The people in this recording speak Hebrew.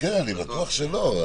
כתוב ששוכנעה